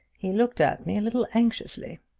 he looked at me a little anxiously.